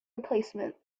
replacement